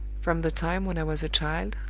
from the time when i was a child,